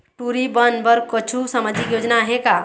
टूरी बन बर कछु सामाजिक योजना आहे का?